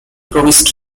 promised